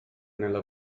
nella